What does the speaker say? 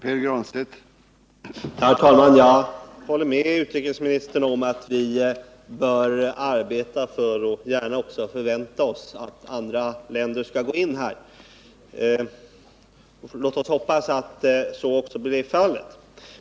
Herr talman! Jag håller med utrikesministern om att vi bör arbeta för — och gärna också förvänta oss — att andra länder skall gå in här. Och låt oss hoppas att så också blir fallet.